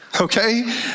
okay